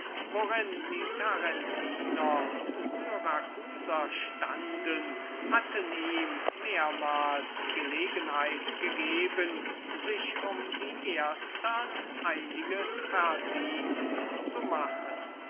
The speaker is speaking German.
worin die tarentiner und syracusaner besonders in absicht der handelschaft mit einander stunden hatten ihm öfters gelegenheit gegeben sich um die ersten verdient zu machen